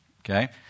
Okay